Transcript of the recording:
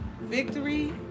victory